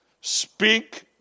Speak